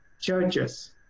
churches